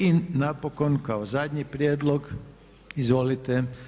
I napokon kao zadnji prijedlog, izvolite.